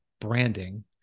branding